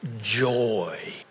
joy